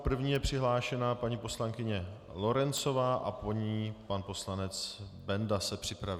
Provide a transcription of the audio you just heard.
První je přihlášena paní poslankyně Lorencová a po ní pan poslanec Benda se připraví.